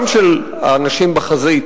גם של האנשים בחזית